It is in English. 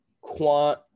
quant